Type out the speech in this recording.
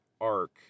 arc